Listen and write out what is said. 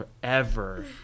forever